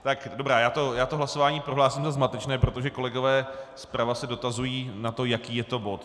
Tak dobrá, já to hlasování prohlásím za zmatečné, protože kolegové zprava se dotazují na to, jaký je to bod.